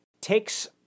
takes